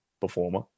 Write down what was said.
performer